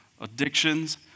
Addictions